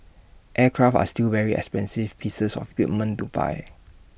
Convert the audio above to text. aircraft are still very expensive pieces of equipment to buy